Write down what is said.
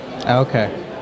Okay